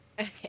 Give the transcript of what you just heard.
Okay